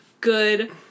good